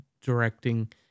directing